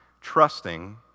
trusting